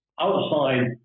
outside